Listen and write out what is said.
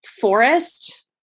forest